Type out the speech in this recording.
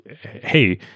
hey